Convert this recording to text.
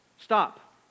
stop